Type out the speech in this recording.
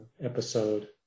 episode